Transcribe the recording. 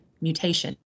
mutation